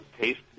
taste